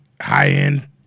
High-end